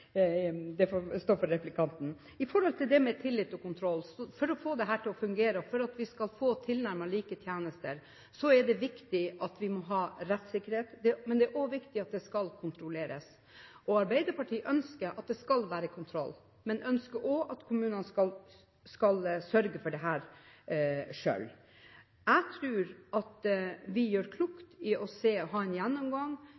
det får stå for replikanten! Når det gjelder tillit og kontroll: For å få dette til å fungere og for at vi skal få tilnærmet like tjenester, er det viktig at vi har rettssikkerhet, men det er også viktig at det skal kontrolleres. Arbeiderpartiet ønsker at det skal være kontroll, men vi ønsker også at kommunene skal sørge for dette selv. Jeg tror vi gjør klokt i å ha en gjennomgang, se om det